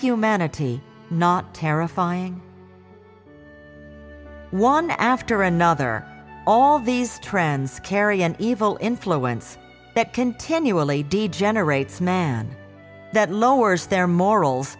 humanity not terrifying one after another all these trends carry an evil influence that continually generates man that lowers their morals